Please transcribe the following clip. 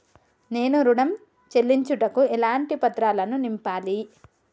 నేను ఋణం చెల్లించుటకు ఎలాంటి పత్రాలను నింపాలి?